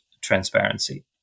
transparency